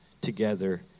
together